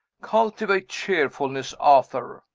cultivate cheerfulness, arthur.